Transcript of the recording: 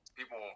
People